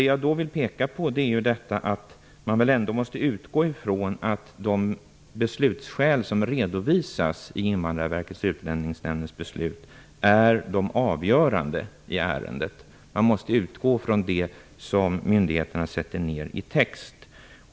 Jag vill peka på att man ändå måste utgå ifrån att de skäl som redovisas i Invandrarverkets och Utlänningsnämndens beslut är de avgörande i ärendet. Man måste utgå från det som myndigheterna sätter ned i text.